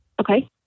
Okay